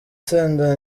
senderi